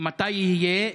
מתי יהיה?